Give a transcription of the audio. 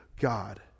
God